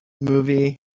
movie